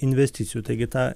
investicijų taigi ta